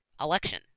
election